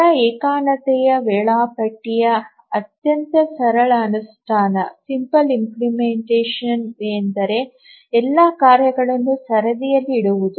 ದರ ಏಕತಾನತೆಯ ವೇಳಾಪಟ್ಟಿಯ ಅತ್ಯಂತ ಸರಳ ಅನುಷ್ಠಾನವೆಂದರೆ ಎಲ್ಲಾ ಕಾರ್ಯಗಳನ್ನು ಸರದಿಯಲ್ಲಿ ಇಡುವುದು